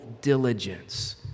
diligence